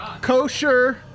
Kosher